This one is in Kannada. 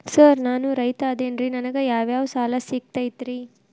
ಸರ್ ನಾನು ರೈತ ಅದೆನ್ರಿ ನನಗ ಯಾವ್ ಯಾವ್ ಸಾಲಾ ಸಿಗ್ತೈತ್ರಿ?